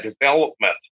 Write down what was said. development